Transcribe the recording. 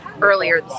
earlier